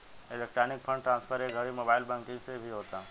electronic fund transfer ए घड़ी mobile banking से भी होता